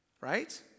Right